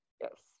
yes